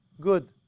good